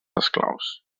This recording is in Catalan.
esclaus